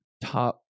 top